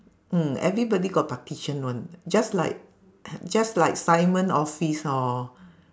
mm everybody got partition one just like just like simon office hor